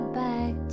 back